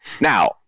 Now